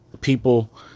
people